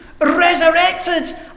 resurrected